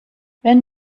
wenn